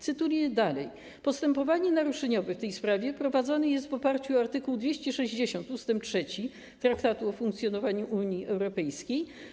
Cytuję dalej: Postępowanie naruszeniowe w tej sprawie prowadzone jest w oparciu o art. 260 ust. 3 Traktatu o funkcjonowaniu Unii Europejskiej.